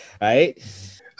right